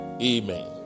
Amen